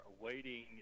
awaiting